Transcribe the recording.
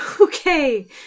Okay